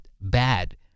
bad